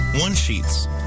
one-sheets